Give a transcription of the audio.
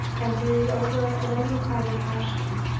and brood over an unrequited passion,